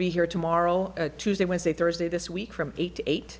to be here tomorrow tuesday wednesday thursday this week from eight to eight